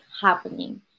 happening